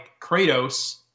Kratos